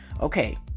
Okay